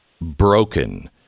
broken